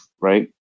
right